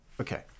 Okay